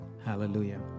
Hallelujah